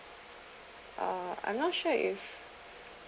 uh I'm not sure if